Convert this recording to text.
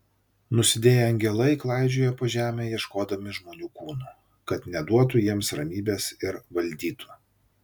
nusidėję angelai klaidžioja po žemę ieškodami žmonių kūnų kad neduotų jiems ramybės ir valdytų